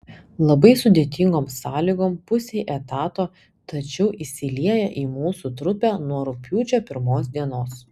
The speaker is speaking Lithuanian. labai sudėtingom sąlygom pusei etato tačiau įsilieja į mūsų trupę nuo rugpjūčio pirmos dienos